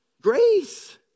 Grace